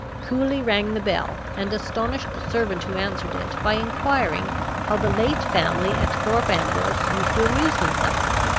coolly rang the bell, and astonished the servant who answered it by inquiring how the late family at thorpe ambrose used to amuse themselves,